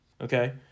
Okay